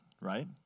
right